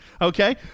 Okay